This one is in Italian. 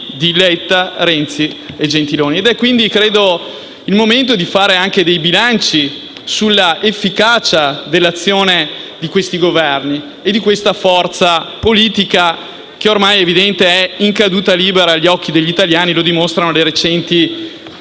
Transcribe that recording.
Credo quindi sia il momento di fare dei bilanci sull'efficacia dell'azione di questi Governi e di questa forza politica, che - ormai è evidente - è in caduta libera agli occhi degli italiani, come dimostrano le recenti elezioni